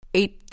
eight